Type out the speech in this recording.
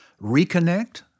reconnect